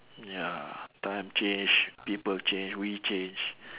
ya time change people change we change